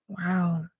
Wow